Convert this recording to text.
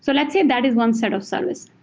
so let's say that is one set of service.